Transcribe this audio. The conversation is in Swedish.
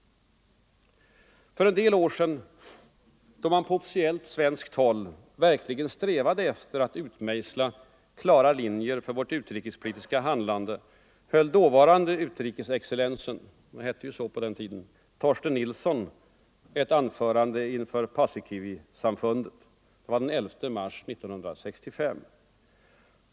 För en del år sedan, då man på officiellt svenskt håll verkligen strävade efter att utmejsla klara linjer för vårt utrikespolitiska handlande, höll dåvarande utrikesexcellensen — det hette så på den tiden - Torsten Nilsson ett anförande inför Paasikivi-samfundet. Det var den 11 mars 1965.